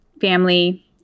family